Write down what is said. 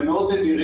הם מאוד נדירים,